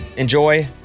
Enjoy